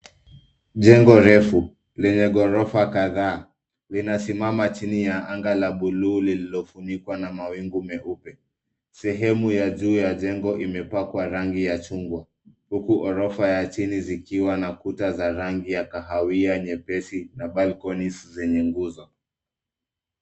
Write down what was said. Jengo refu lenye ghorofa kadhaa linasimama chini ya anga la buluu lililofunikwa na mawingu meupe. Sehemu ya juu ya jengo imepakwa rangi ya chungwa huku ghorofa ya chini zikiwa na kuta za rangi ya kahawia nyepesi na balconies zenye nguzo.